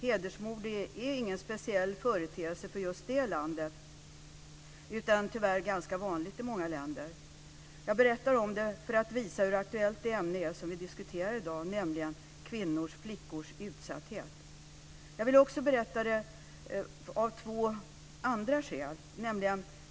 Hedersmord är ingen speciell företeelse för just det landet utan tyvärr ganska vanligt i många länder. Jag berättar om det för att visa hur aktuellt det ämne är som vi diskuterar i dag, nämligen kvinnors och flickors utsatthet. Jag vill också berätta det av två andra skäl.